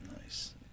nice